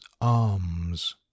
arms